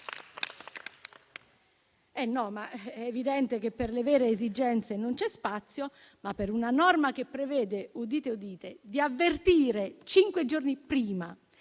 È evidente che per le vere esigenze non c'è spazio, ma per una norma che prevede - udite, udite - di avvertire cinque giorni prima